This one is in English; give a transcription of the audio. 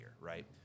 right